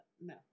no